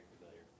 familiar